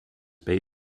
bay